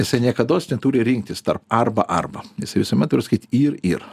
jisai niekados neturi rinktis tarp arba arba jisai visuomet turi sakyt ir ir